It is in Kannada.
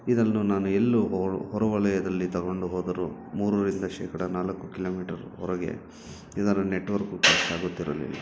ಇದನ್ನು ನಾನು ಎಲ್ಲೂ ಹೊರವಲಯದಲ್ಲಿ ತಗೊಂಡು ಹೋದರೂ ಮೂರರಿಂದ ಶೇಕಡ ನಾಲ್ಕು ಕಿಲೋಮೀಟರ್ ಹೊರಗೆ ಇದರ ನೆಟ್ವರ್ಕು ತಾಗುತ್ತಿರಲಿಲ್ಲ